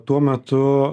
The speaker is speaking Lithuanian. tuo metu